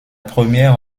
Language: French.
première